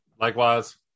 Likewise